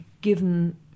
given